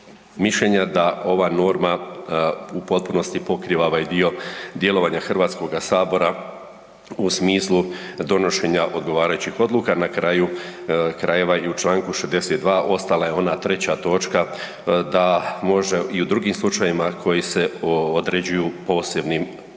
mišljenja da ova norma u potpunosti pokriva ovaj dio djelovanja Hrvatskoga sabora u smislu donošenja odgovarajućih odluka. Na kraju krajeva i u Članku 62. ostala je ona treća točka da može i u drugim slučajevima koji se određuju posebnim